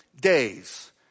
days